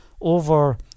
over